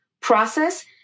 process